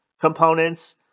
components